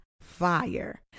fire